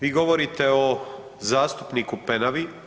Vi govorite o zastupniku Penavi.